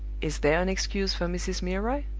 is there an excuse for mrs. milroy?